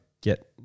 get